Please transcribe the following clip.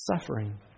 suffering